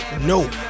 No